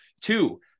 Two